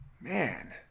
Man